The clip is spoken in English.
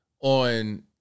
on